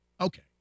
Okay